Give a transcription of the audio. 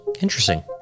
interesting